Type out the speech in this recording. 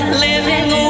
living